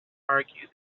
argue